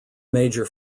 major